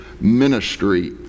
ministry